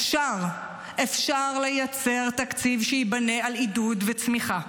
אפשר לייצר תקציב שייבנה על עידוד וצמיחה,